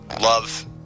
love